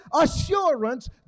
Assurance